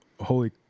holy